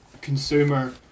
consumer